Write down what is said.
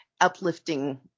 uplifting